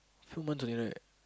few months only right